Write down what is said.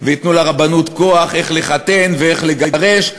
וייתנו לרבנות כוח איך לחתן ואיך לגרש,